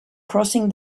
crossing